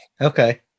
Okay